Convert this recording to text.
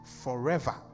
Forever